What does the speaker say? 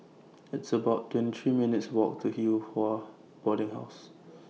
It's about twenty three minutes' Walk to Yew Hua Boarding House